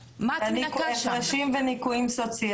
הפרשים וניכויים סוציאליים.